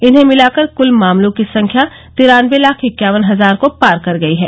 इन्हें मिलाकर कल मामलों की संख्या तिरानवे लाख इक्यावन हजार को पार कर गई है